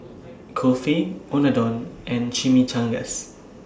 Kulfi Unadon and Chimichangas